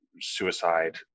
suicide